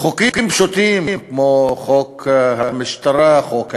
חוקים פשוטים, כמו חוק המשטרה וחוק הירושה,